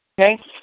okay